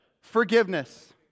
Forgiveness